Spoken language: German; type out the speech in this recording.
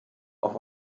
auf